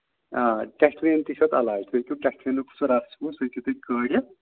آ ٹیسٹٔریٖن تہِ چھُ اَتھ علاج تُہۍ ہیٚکِو ٹیسٹٔریٖن سُہ رَس ہیٚکِو تُہۍ کٲرِتھ